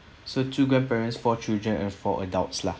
so two grandparents four children and four adults lah